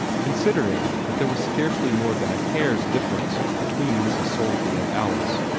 considering that there was scarcely more than a hair's difference between mrs. soulsby and alice,